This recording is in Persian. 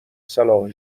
صلاح